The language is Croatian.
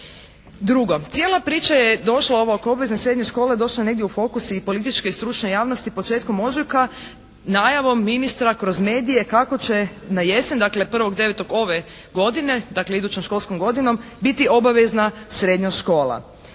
Drugo. Cijela priča je došla ova oko obavezne srednje škole, došla negdje u fokus i političke i stručne javnosti početkom ožujka najavom ministra kroz medije kako će na jesen, dakle 1.9. ove godine, dakle idućom školskom godinom biti obavezna srednja škola.